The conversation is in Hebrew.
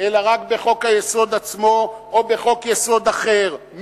אלא רק בחוק-היסוד עצמו או בחוק-יסוד אחר,